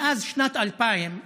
מאז שנת 2000,